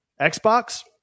xbox